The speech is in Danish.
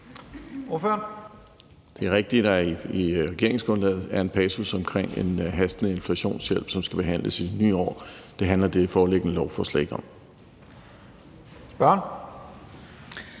Det er rigtigt, at der i regeringsgrundlaget er en passus om en hastende inflationshjælp, som skal behandles i det nye år. Det handler det foreliggende lovforslag